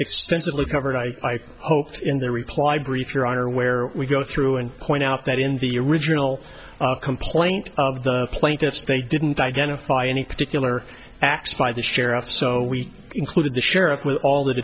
extensively covered i hope in their reply brief your honor where we go through and point out that in the original complaint of the plaintiffs they didn't identify any particular acts by the sheriff so we included the sheriff with all that